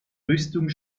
rüstung